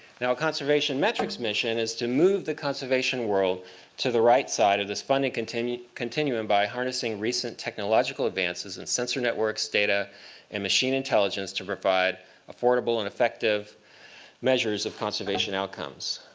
now a conservation metrics mission is to move the conservation world to the right side of this funding continuum continuum by harnessing recent technological advances in sensor networks data and machine intelligence to provide affordable and effective measures of conservation outcomes.